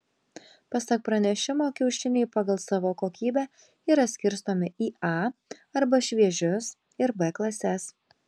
pasak pranešimo kiaušiniai pagal savo kokybę yra skirstomi į a arba šviežius ir b klases